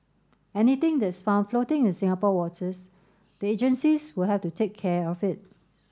anything that's found floating in Singapore waters the agencies will have to take care of it